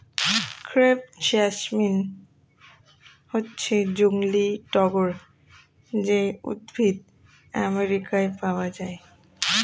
crepe jasmine হচ্ছে জংলী টগর যেই উদ্ভিদ আমেরিকায় পাওয়া যায়